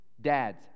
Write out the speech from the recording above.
Dads